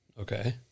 Okay